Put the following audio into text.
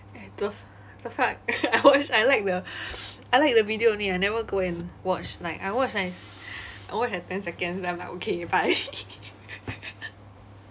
!aiya! the the fuck I watch I like the I like the video only I never go and watch like I watch like I watch like ten seconds then I'm like okay bye